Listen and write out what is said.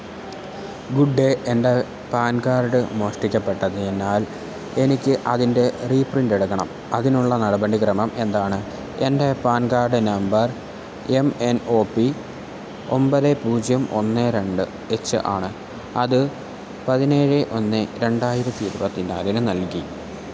good day എൻ്റെ PAN card മോഷ്ടിക്കപ്പെട്ടതിനാൽ എനിക്ക് അതിൻ്റെ റീപ്രിൻറ്റെടുക്കണം അതിനുള്ള നടപടിക്രമം എന്താണ് എൻ്റെ PAN card number M N O P ഒൻപത് പൂജ്യം ഒന്ന് രണ്ട് എച്ച് ആണ് അത് പതിനേഴ് ഒന്ന് രണ്ടായിരത്തി ഇരുപത്തി നാലിന് നൽകി